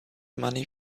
money